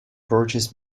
purchased